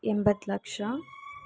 ಎಂಬತ್ತು ಲಕ್ಷ